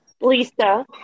Lisa